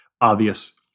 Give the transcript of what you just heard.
obvious